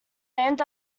named